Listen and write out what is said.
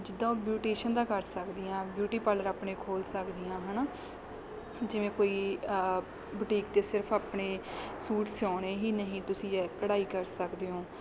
ਜਿੱਦਾਂ ਉਹ ਬਿਊਟੀਸ਼ੀਅਨ ਦਾ ਕਰ ਸਕਦੀਆਂ ਬਿਊਟੀ ਪਾਰਲਰ ਆਪਣੇ ਖੋਲ੍ਹ ਸਕਦੀਆਂ ਹੈ ਨਾ ਜਿਵੇਂ ਕੋਈ ਬੂਟੀਕ 'ਤੇ ਸਿਰਫ ਆਪਣੇ ਸੂਟ ਸਿਉਂਣੇ ਹੀ ਨਹੀਂ ਤੁਸੀਂ ਕਢਾਈ ਕਰ ਸਕਦੇ ਹੋ